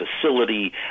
facility